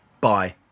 Bye